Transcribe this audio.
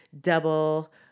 double